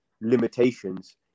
limitations